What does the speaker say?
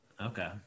Okay